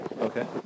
Okay